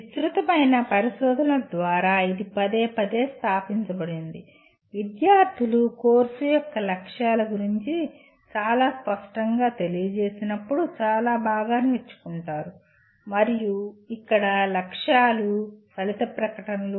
విస్తృతమైన పరిశోధనల ద్వారా ఇది పదేపదే స్థాపించబడింది విద్యార్థులు కోర్సు యొక్క లక్ష్యాల గురించి చాలా స్పష్టంగా తెలియజేసినప్పుడు చాలా బాగా నేర్చుకుంటారు మరియు ఇక్కడ లక్ష్యాలు ఫలిత ప్రకటనలు